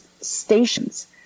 stations